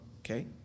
okay